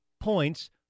points